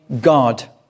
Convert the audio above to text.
God